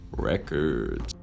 records